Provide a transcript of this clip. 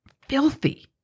filthy